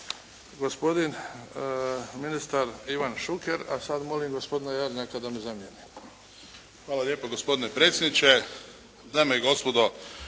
Hvala lijepo, gospodine potpredsjedniče.